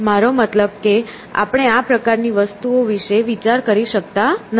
મારો મતલબ કે આપણે આ પ્રકારની વસ્તુઓ વિશે વિચાર પણ કરતા નથી